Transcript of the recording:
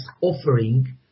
offering